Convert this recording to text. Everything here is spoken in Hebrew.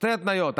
שתי התניות,